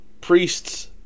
priests